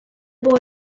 boy